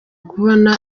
kubona